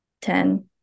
ten